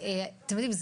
אתם יודעים,